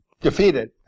defeated